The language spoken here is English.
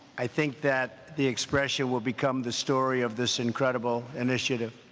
i think that the expression will become the story of this incredible initiative.